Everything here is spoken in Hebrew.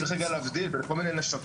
צריך רגע להבדיל בין כל מיני נשפים,